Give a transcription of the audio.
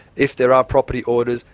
if there are property orders,